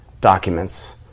documents